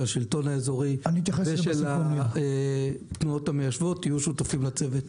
של השלטון האזורי ושל התנועות המיישבות יהיו שותפים לצוות.